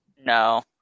No